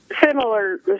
similar